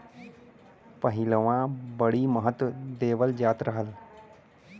पहिलवां बड़ी महत्त्व देवल जात रहल